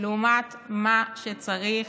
לעומת מה שצריך,